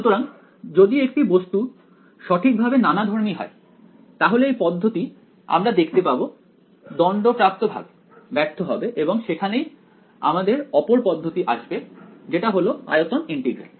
সুতরাং যদি একটি বস্তু সঠিকভাবে নানাধর্মী হয় তাহলে এই পদ্ধতি আমরা দেখতে পাবো দণ্ডপ্রাপ্তভাবে ব্যর্থ হবে এবং সেখানেই আমাদের অপর পদ্ধতি আসবে যেটা হলো আয়তন ইন্টিগ্রাল